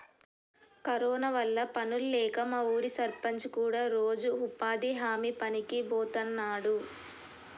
corona వల్ల పనుల్లేక మా ఊరి సర్పంచ్ కూడా రోజూ ఉపాధి హామీ పనికి బోతన్నాడు